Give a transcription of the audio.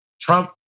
Trump